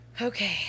Okay